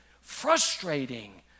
frustrating